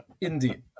Indeed